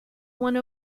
one